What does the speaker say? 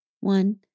one